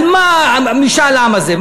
על מה משאל העם הזה?